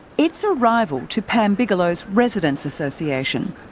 it's a rival to pam bigelow's residents association.